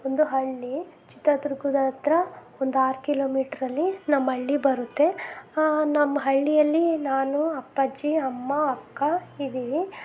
ಒಂದು ಹಳ್ಳಿ ಚಿತ್ರದುರ್ಗದ ಹತ್ತಿರ ಒಂದು ಆರು ಕಿಲೋಮೀಟ್ರಲ್ಲಿ ನಮ್ಮ ಹಳ್ಳಿ ಬರುತ್ತೆ ನಮ್ಮ ಹಳ್ಳಿಯಲ್ಲಿ ನಾನು ಅಪ್ಪಾಜಿ ಅಮ್ಮ ಅಕ್ಕ ಇದ್ದೀವಿ